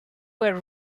were